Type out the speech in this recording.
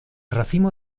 racimo